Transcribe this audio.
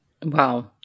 Wow